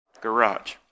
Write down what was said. garage